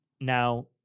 Now